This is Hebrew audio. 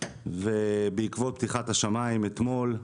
ובעקבות פתיחת השמיים אתמול,